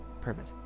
Perfect